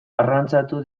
arrantzatu